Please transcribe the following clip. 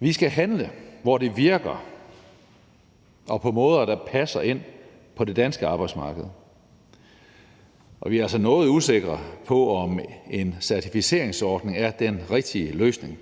Vi skal handle, hvor det virker, og på måder, der passer ind på det danske arbejdsmarked, og vi er altså noget usikre på, om en certificeringsordning er den rigtige løsning.